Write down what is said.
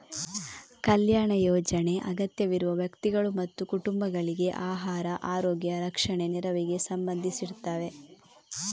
ಕಲ್ಯಾಣ ಯೋಜನೆ ಅಗತ್ಯವಿರುವ ವ್ಯಕ್ತಿಗಳು ಮತ್ತು ಕುಟುಂಬಗಳಿಗೆ ಆಹಾರ, ಆರೋಗ್ಯ, ರಕ್ಷಣೆ ನೆರವಿಗೆ ಸಂಬಂಧಿಸಿರ್ತದೆ